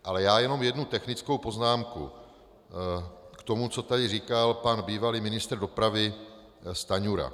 Ale já jenom jednu technickou poznámku k tomu, co tady říkal pan bývalý ministr dopravy Stanjura.